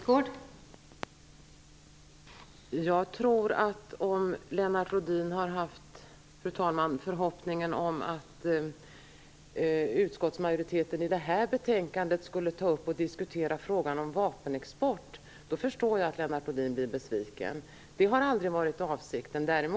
Fru talman! Om Lennart Rohdin hade förhoppningar om att utskottsmajoriteten i det här betänkandet skulle ta upp och diskutera frågan om vapenexport, förstår jag att han blir besviken. Det har aldrig varit avsikten att göra det.